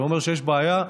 זה אומר שיש בעיה,